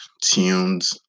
tunes